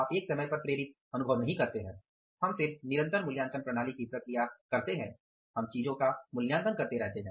आप एक समय पर प्रेरित महसूस नहीं करते हैं हम सिर्फ निरंतर मूल्यांकन प्रणाली की प्रक्रिया करते हैं हम चीजों का मूल्यांकन करते रहते हैं